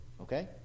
okay